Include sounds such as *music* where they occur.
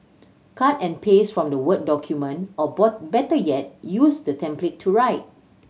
cut and paste from the word document or *unintelligible* better yet use the template to write